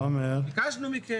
ביקשנו מכם.